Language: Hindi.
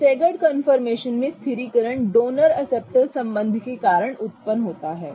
स्टेगर्ड कंफर्मेशन में स्थिरीकरण डोनर एसेप्टर संबंध के कारण उत्पन्न होता है